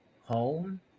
home